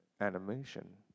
animation